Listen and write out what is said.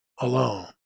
alone